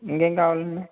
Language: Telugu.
ఇంకేం కావాలండి